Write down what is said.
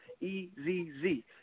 E-Z-Z